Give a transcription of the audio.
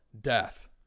death